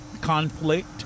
conflict